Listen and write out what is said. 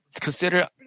Consider